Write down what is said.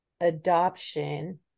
adoption